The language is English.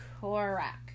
correct